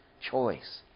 choice